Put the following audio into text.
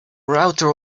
router